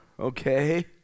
okay